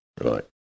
Right